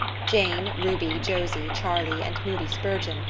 jane, ruby, josie, charlie, and moody spurgeon,